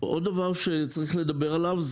עוד דבר שצריך לדבר עליו,